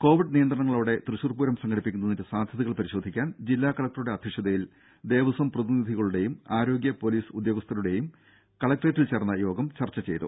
Covid നിയന്ത്രണങ്ങളോടെ തൃശൂർപൂരം സംഘടിപ്പിക്കുന്നതിന്റെ സാധ്യതകൾ പരിശോധിക്കാൻ ജില്ലാ കലക്ടറുടെ അധ്യക്ഷതയിൽ ദേവസ്വം പ്രതിനിധികളുടെയും ആരോഗ്യ പൊലീസ് ഉദ്യോഗസ്ഥരുടെയും കലക്ട്രേറ്റിൽ ചേർന്ന യോഗം ചർച്ച ചെയ്തു